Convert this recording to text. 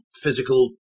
physical